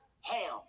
ham